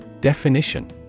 Definition